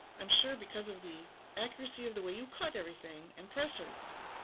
i'm sure because of the accuracy of the way you cut everything and press everything